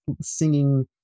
singing